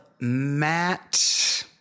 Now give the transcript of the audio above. Matt